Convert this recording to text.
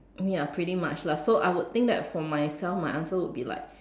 ya pretty much lah so I would think that for myself my answer would be like